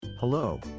Hello